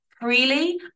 freely